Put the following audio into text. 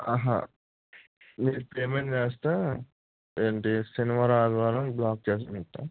మీరు పేమెంట్ చేస్తే ఏంటి శనివారం ఆదివారం బ్లాక్ చేసుకుంటాను